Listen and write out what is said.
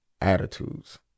attitudes